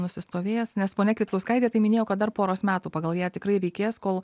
nusistovėjęs nes ponia kvietkauskaitė tai minėjo kad dar poros metų pagal ją tikrai reikės kol